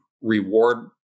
reward